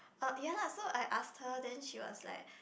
uh ya lah so I ask her then she was like